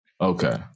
Okay